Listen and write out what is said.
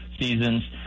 seasons